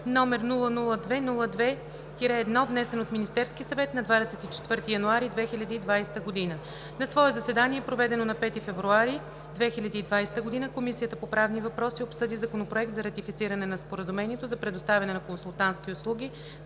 г., № 002-02-1, внесен от Министерския съвет на 24 януари 2020 г. На свое заседание, проведено на 5 февруари 2020 г., Комисията по правни въпроси обсъди Законопроект за ратифициране на Споразумението за предоставяне на консултантски услуги,